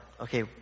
okay